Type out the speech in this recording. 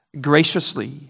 graciously